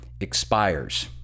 expires